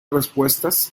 respuestas